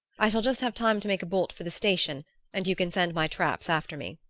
i shall just have time to make a bolt for the station and you can send my traps after me